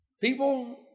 People